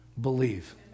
believe